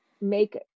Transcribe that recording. make